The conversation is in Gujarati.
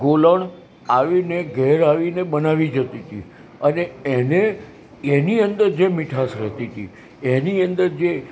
ગોલણ આવી ને ઘરે આવી ને બનાવી જતી હતી અને એને એની અંદર જે મીઠાશ રહેતી હતી એની અંદર જે